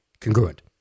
congruent